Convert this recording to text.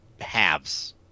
halves